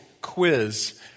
quiz